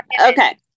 Okay